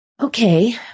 Okay